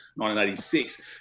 1986